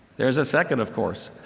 there's a second, of course.